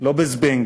לא ב"זבנג".